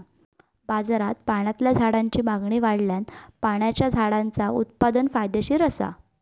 बाजारात पाण्यातल्या झाडांची मागणी वाढल्यान पाण्याच्या झाडांचा उत्पादन फायदेशीर असा